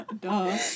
Duh